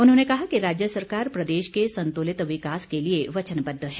उन्होंने कहा कि राज्य सरकार प्रदेश के संतुलित विकास के लिए वचनबद्व है